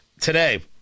today